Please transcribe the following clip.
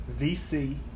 VC